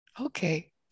Okay